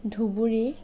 Dhubri